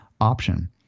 option